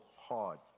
hard